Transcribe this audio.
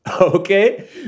Okay